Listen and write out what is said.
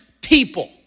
people